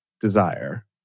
desire